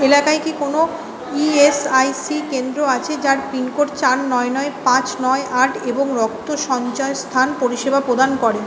এলাকায় কি কোনও ইএসআইসি কেন্দ্র আছে যার পিনকোড চার নয় নয় পাঁচ নয় আট এবং রক্ত সঞ্চয় স্থান পরিষেবা প্রদান করে